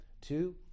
Two